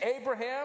Abraham